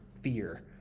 fear